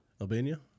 Albania